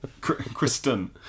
Kristen